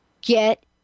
get